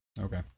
okay